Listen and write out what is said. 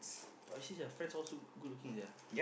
but you see their friends all so good-looking sia